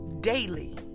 daily